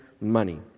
money